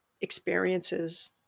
experiences